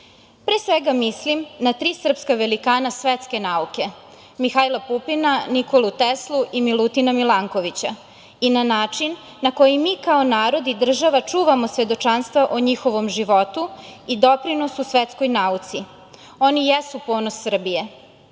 svega mislim na tri srpska velikana svetske nauke, Mihajla Pupina, Nikolu Teslu i Milutina Milankovića i na način na koji mi kao narod i država čuvamo svedočanstvo o njihovom životu i doprinosu svetskoj nauci. Oni jesu ponos Srbije,